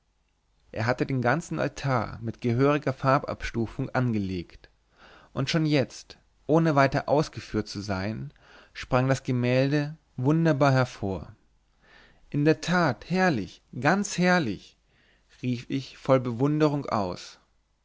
er hatte den ganzen altar mit gehöriger farbenabstufung angelegt und schon jetzt ohne weiter ausgeführt zu sein sprang das gemälde wunderbar hervor in der tat herrlich ganz herrlich rief ich voll bewunderung aus